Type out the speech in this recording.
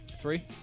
Three